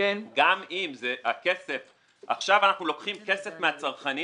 גם אם עכשיו לוקחים כסף מהצרכנים